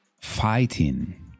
fighting